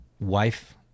wife